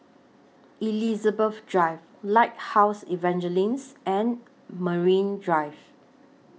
Elizabeth Drive Lighthouse Evangelism and Marine Drive